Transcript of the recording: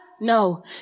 No